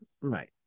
Right